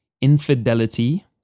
infidelity